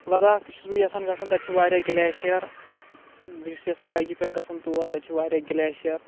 لداخ تہِ چھُس بہٕ یژھان گژھُن تَتہِ چھُ واریاہ گٕلیشر بہٕ چھُس یژھان بایکہِ پٮ۪ٹھ گژھن تور تَتہِ چھُ واریاہ گلیشیر